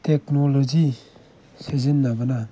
technology ꯁꯤꯖꯤꯟꯅꯕꯅ